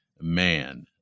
man